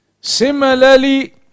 Similarly